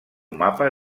mapa